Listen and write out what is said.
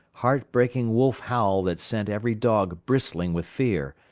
heartbreaking wolf howl that sent every dog bristling with fear,